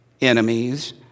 enemies